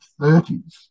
30s